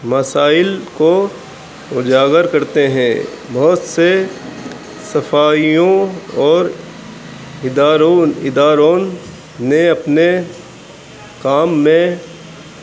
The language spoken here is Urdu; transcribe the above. مسائل کو اجاگر کرتے ہیں بہت سے صفائیوں اور ادارون ادارون نے اپنے کام میں